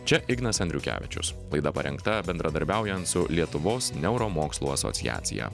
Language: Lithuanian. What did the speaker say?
čia ignas andriukevičius laida parengta bendradarbiaujant su lietuvos neuromokslų asociacija